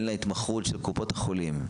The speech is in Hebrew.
והן להתמחות של קופות החולים.